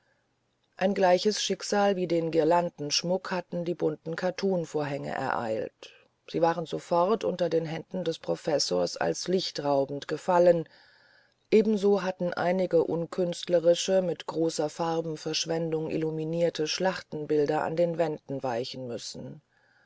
ein gleiches schicksal wie den guirlandenschmuck hatte die bunten kattunvorhänge ereilt sie waren sofort unter den händen des professors als lichtraubend gefallen ebenso hatten einige unkünstlerische mit großer farbenverschwendung illuminierte schlachtenbilder an den wänden weichen müssen